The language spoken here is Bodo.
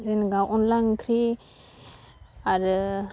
जेनोबा अनला ओंख्रि आरो